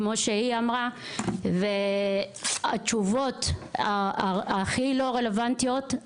כמו שהיא אמרה והתשובות הכי לא רלוונטיות,